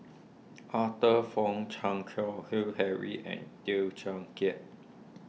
Arthur Fong Chan Keng Howe Harry and Teow Kiat